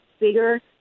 bigger